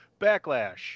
backlash